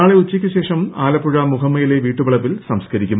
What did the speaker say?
നാളെ ഉച്ചയ്ക്ക് ശേഷം ആല്പ്പുഴ മുഹമ്മയിലെ വീട്ടുവളപ്പിൽ സംസ്കരിക്കും